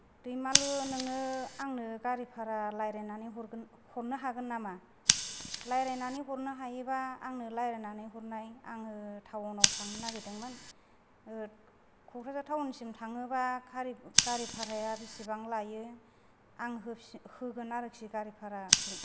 दैमालु नोङो आंनो गारि भारा रायज्लायनानै हरगोन हरनो हागोन नामा रायज्लायनानै हरनो हायोबा आंनो रायज्लायनानै हरनाय आङो टाउनाव थांनो नागिरदोंमोन क'क्राझार टाउनसिम थाङोबा गारि ओ गारि भाराया बेसेबां लायो आं होफिन होगोन आरोखि गारि भाराखौ